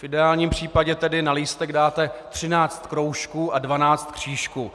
V ideálním případě tedy na lístek dáte 13 kroužků a 12 křížků.